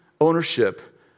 ownership